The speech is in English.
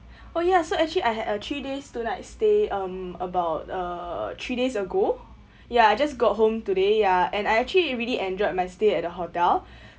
oh ya so actually I had a three days two night stay um about uh three days ago ya I just got home today ya and I actually really enjoyed my stay at the hotel